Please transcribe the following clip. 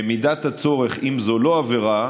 במידת הצורך, אם זו לא עבירה,